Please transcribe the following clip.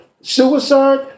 suicide